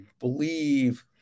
believe